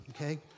okay